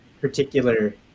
particular